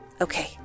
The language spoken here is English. Okay